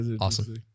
Awesome